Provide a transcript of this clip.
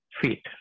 feet